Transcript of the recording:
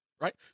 right